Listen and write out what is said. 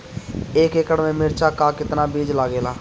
एक एकड़ में मिर्चा का कितना बीज लागेला?